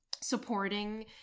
supporting